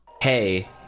Hey